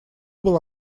был